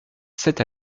cette